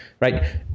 right